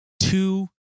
Two